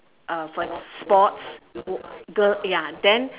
uh ex~ for sports girl ya then